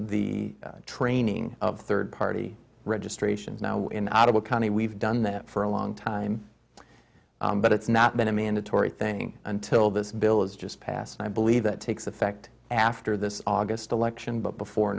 the training of third party registrations now in ottawa county we've done that for a long time but it's not been a mandatory thing until this bill is just passed and i believe that takes effect after this august election but before